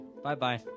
Bye-bye